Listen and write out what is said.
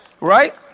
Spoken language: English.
Right